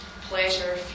pleasure